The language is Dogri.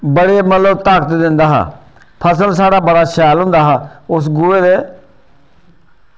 बड़ी मतलब ताकत दिंदा हा फसल साढ़ा बड़ा शैल होंदा हा उस गोहे दे